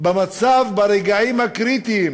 ברגעים הקריטיים